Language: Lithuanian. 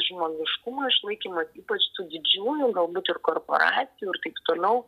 žmogiškumo išlaikymas ypač tų didžiųjų galbūt ir korporacijų ir taip toliau